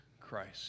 Christ